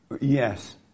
Yes